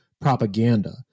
Propaganda